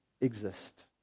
exist